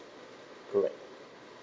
correct